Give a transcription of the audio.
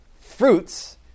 fruits